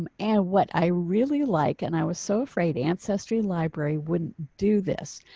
um and what i really like and i was so afraid ancestry library wouldn't do this,